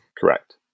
Correct